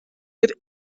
with